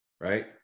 Right